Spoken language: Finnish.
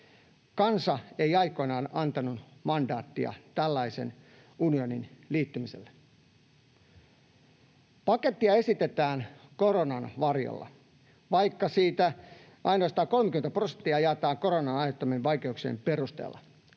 Kansa ei aikoinaan antanut mandaattia tällaiseen unioniin liittymiselle. Pakettia esitetään koronan varjolla, vaikka ainoastaan 30 prosenttia siitä jaetaan koronan aiheuttamien vaikeuksien perusteella.